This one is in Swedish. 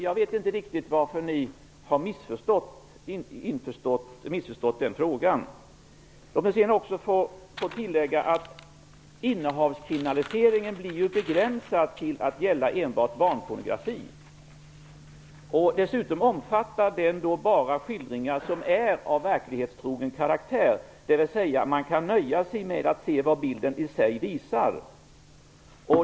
Jag vet inte riktigt varför ni har missförstått det. Låt mig få tillägga att innehavskriminaliseringen blir begränsad till att enbart gälla barnpornografi. Dessutom omfattar den bara skildringar som är av verklighetstrogen karaktär, dvs. att man nöjer sig med vad bilden i sig visar.